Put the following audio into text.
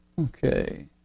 okay